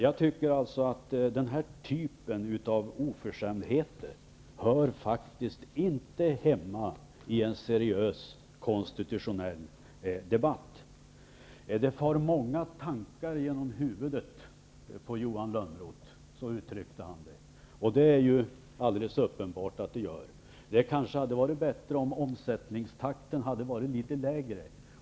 Jag tycker faktiskt att den här typen av oförskämdheter inte hör hemma i en seriös konstitutionell debatt. Det far många tankar genom huvudet på Johan Lönnroth. Så uttryckte han det. Det är alldeles uppenbart att det gör det. Det hade kanske varit bättre om omsättningstakten hade varit litet lägre.